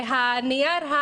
הנייר,